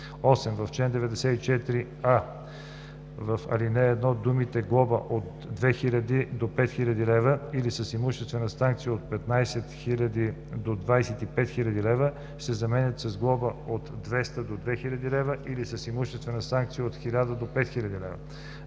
8. В чл. 94: а) в ал. 1 думите „глоба от 2000 до 5000 лв. или с имуществена санкция от 15 000 до 25 000 лв.“ се заменят с „глоба от 200 до 2000 лв. или с имуществена санкция от 1000 до 5000 лв.“;